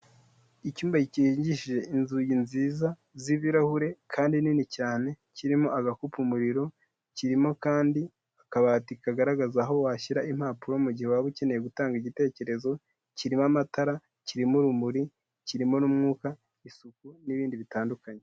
Icyumba gi kigi inzugi nziza z'ibirahure kandi nini cyane kirimo agakupu muririro kirimo kandi akabati kagaragaza